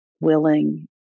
willing